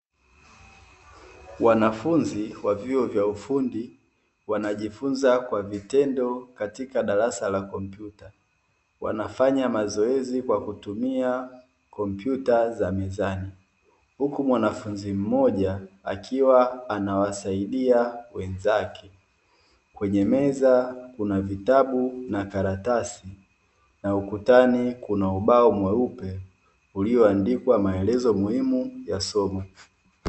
Wanafunzi wa vyuo vya ufundi wanajifunza kwa vitendo katika darasa la kompyuta. Wanafanya mazoezi kwa kutumia kompyuta za mezani, huku mwanafunzi mmoja akiwa anawasaidia wenzake. Kwenye meza kuna vitabu na karatasi, na ukutani kuna ubao mweupe ulioandikwa maelezo muhimu ya somo.